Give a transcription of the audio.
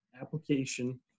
Application